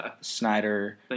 Snyder